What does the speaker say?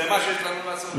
זה מה שיש לנו לעשות?